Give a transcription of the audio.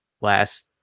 last